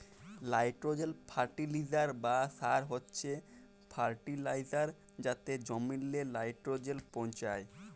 nitrogen fertiliser বা সার হছে সে ফার্টিলাইজার যাতে জমিল্লে লাইট্রোজেল পৌঁছায়